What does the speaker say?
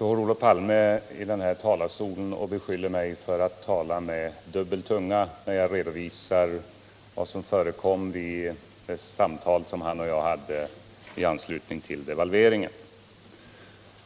Olof Palme beskyller mig för att tala med dubbel tunga när jag redovisar vad som förekom vid det samtal som han och jag hade i anslutning till devalveringen.